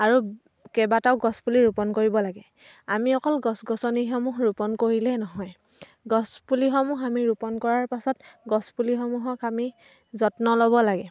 আৰু কেইবাটাও গছপুলি ৰোপণ কৰিব লাগে আমি অকল গছ গছনিসমূহ ৰোপণ কৰিলেই নহয় গছপুলিসমূহ আমি ৰোপণ কৰাৰ পাছত গছপুলিসমূহক আমি যত্ন ল'ব লাগে